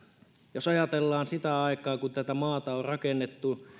jos ajatellaan sitä aikaa kun tätä maata on rakennettu